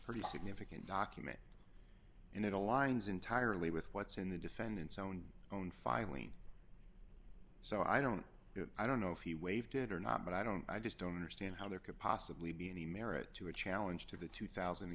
pretty significant document and it aligns entirely with what's in the defendant's own own filing so i don't know i don't know if he waived it or not but i don't i just don't understand how there could possibly be any merit to a challenge to the two thousand